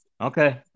Okay